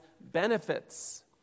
benefits